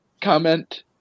comment